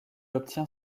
obtient